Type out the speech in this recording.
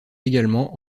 également